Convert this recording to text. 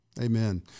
Amen